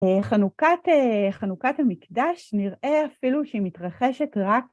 חנוכת המקדש נראה אפילו שהיא מתרחשת רק